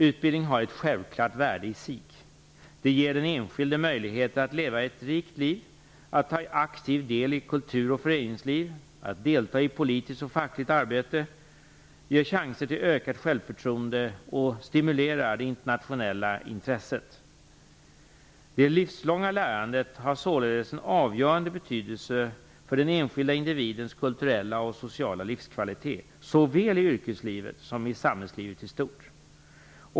Utbildning har ett självklart värde i sig. Det ger den enskilde möjlighet att leva ett rikt liv, att ta aktiv del i kultur och föreningsliv, att delta i politiskt och fackligt arbete, ge chanser till ökat självförtroende och stimulerar det internationella intresset. Det livslånga lärandet har således en avgörande betydelse för den enskilda individens kulturella och sociala livskvalitet - såväl i yrkeslivet som i samhällslivet i stort.